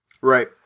Right